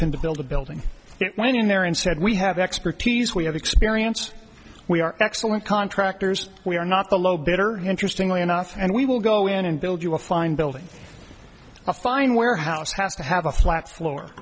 other to build a building it went in there and said we have expertise we have experience we are excellent contractors we are not the low bidder interestingly enough and we will go in and build you a fine building a fine warehouse has to have a flat floor